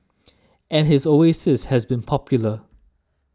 and his oasis has been popular